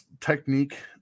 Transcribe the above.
technique